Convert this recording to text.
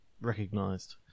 recognised